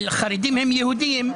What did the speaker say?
אבל חרדים הם יהודים,